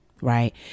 Right